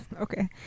Okay